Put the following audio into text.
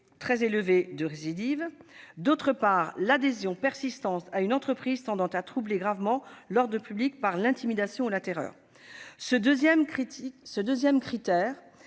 très élevé de récidive ; d'autre part, « l'adhésion persistante à une entreprise tendant à troubler gravement l'ordre public par l'intimidation ou la terreur ». Ce dernier critère